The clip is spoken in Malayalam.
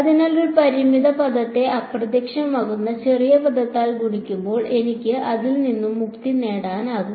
അതിനാൽ ഒരു പരിമിത പദത്തെ അപ്രത്യക്ഷമാകുന്ന ചെറിയ പദത്താൽ ഗുണിക്കുമ്പോൾ എനിക്ക് അതിൽ നിന്ന് മുക്തി നേടാനാകും